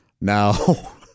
Now